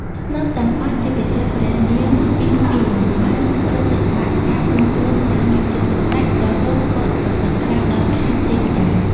ស្នំទាំងអស់ ជាពិសេសព្រះនាងពិម្ពាបានប្រតិបត្តិការបួងសួងយ៉ាងយកចិត្តទុកដាក់រហូតធ្វើឱ្យកក្រើកដល់ឋានទេព្តា។